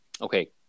Okay